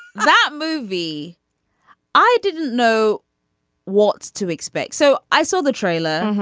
but movie i didn't know what to expect so i saw the trailer.